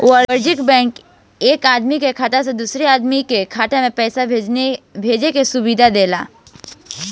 वाणिज्यिक बैंक एक आदमी के खाता से दूसरा के खाता में पईसा भेजे के सुविधा देला